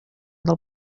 del